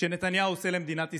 שנתניהו עושה למדינת ישראל.